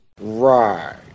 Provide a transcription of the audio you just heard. Right